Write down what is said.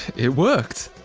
it worked!